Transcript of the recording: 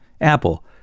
Apple